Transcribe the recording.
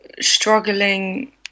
struggling